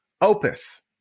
opus